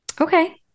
Okay